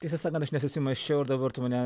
tiesą sakant aš nesusimąsčiau ar dabar tu mane